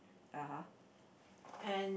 (uh huh)